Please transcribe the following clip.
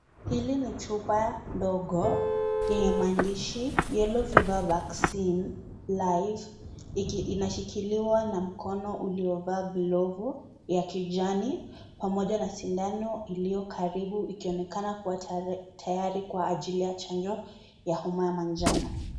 Hili ni chupa ndogo lenye maandishi yellow fever vaccine life iki inashikiliwa na mkono uliovaa glovu ya kijani pamoja na sindano iliyo karibu ikionekana kuwa tayari kwa ajili ya chanjo ya homa ya manjano.